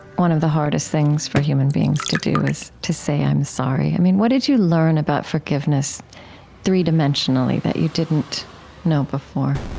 one of the hardest things for human beings to do is to say, i'm sorry. i mean, what did you learn about forgiveness three-dimensionally that you didn't know before?